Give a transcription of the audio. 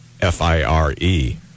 f-i-r-e